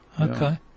Okay